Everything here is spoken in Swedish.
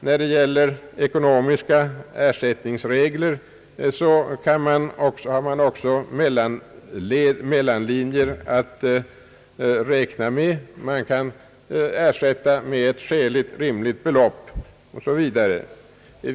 När det gäller ekonomiska ersättningsregler har man också möjligheten däremellan att räkna med. Man kan ge ersättning med ett skäligt, rimligt belopp osv.